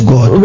God